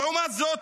לעומת זאת,